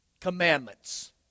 Commandments